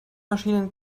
maschinen